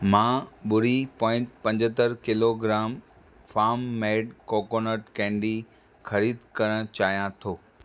मां ॿुड़ी पोइंटु पंॼहतरि kilogram farm made coconut candy ख़रीदु करणु चाहियां थो